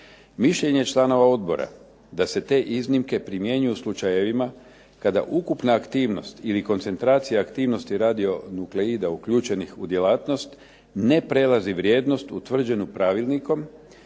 Mišljenje je članova odbora da se te iznimke primjenjuju u slučajevima kada ukupna aktivnost ili koncentracija aktivnosti radionukleida uključenih u djelatnost ne prelazi vrijednost utvrđenu pravilnikom